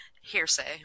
hearsay